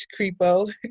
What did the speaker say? creepo